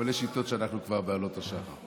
אבל יש שיטות שלפיכן אנחנו כבר בעלות השחר.